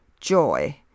joy